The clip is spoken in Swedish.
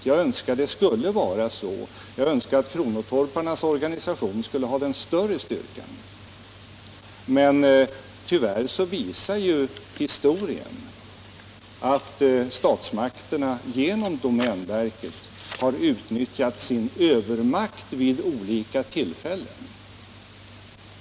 Jag önskar att det skulle vara så — jag önskar t.o.m. att kronotorparnas organisation skulle ha den större styrkan — men tyvärr visar historien att statsmakterna genom domänverket har utnyttjat sin övermakt vid olika tillfällen.